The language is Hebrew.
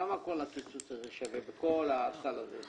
כמה כל הקיצוץ הזה שווה בכל הסל הזה?